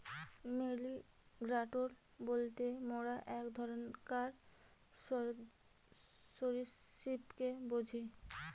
alligator বলতে মোরা এক ধরণকার সরীসৃপকে বুঝি